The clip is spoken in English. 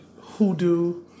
hoodoo